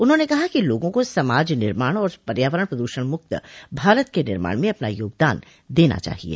उन्होंने कहा कि लोगों को समाज निर्माण और पर्यावरण प्रद्षण मुक्त भारत के निर्माण में अपना योगदान देना चाहिये